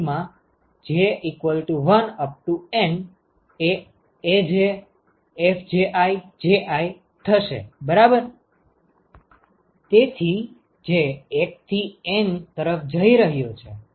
તેથી જે 1 થી એન તરફ જઇ રહ્યો છે